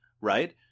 right